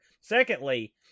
Secondly